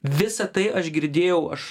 visa tai aš girdėjau aš